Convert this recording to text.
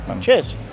Cheers